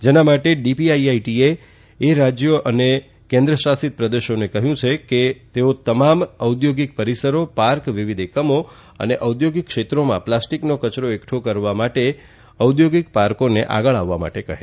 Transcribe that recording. જેના માટે ડીપીઆઈઆઈટી એ રાજ્યો અને કેન્દ્ર શાસિત પ્રદેશોને કહ્યું છે કે તે તેઓ તમામ ઔદ્યોગિક પરીસરો પાર્ક વિવિધ એકમો અને ઔદ્યોગિક ક્ષેત્રોમાં પ્લાસ્ટિકનો કયરો એકઠો કરવા માટે ઔદ્યોગિક પાર્કોને આગળ આવવા કહે